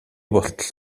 болтол